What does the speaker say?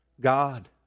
God